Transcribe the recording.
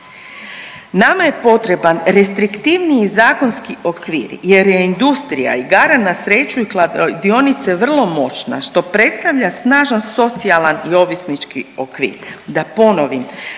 Nama je potreban restriktivniji zakonski okvir jer je industrija igara na sreću i kladionice vrlo moćna što predstavlja snažan socijalan i ovisnički okvir.